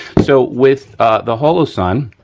so with the holosun,